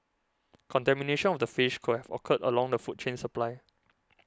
contamination of the fish could have occurred along the food chain supply